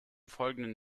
folgenden